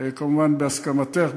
כמובן בהסכמתך,